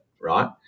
Right